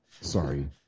Sorry